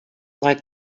like